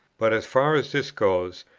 but, as far as this goes,